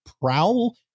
prowl